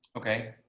okay.